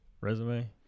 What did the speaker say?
resume